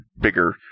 bigger